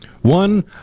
One